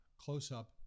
close-up